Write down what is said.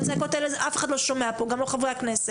את הצעקות האלה אף אחד לא שומע, גם לא חברי הכנסת.